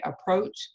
approach